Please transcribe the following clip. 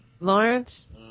Lawrence